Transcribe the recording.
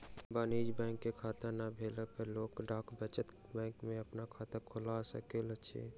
वाणिज्य बैंक के खाता नै भेला पर लोक डाक बचत बैंक में अपन खाता खोइल सकैत अछि